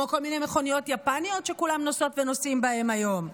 כמו כל מיני מכוניות יפניות שכולם נוסעות ונוסעים בהם היום.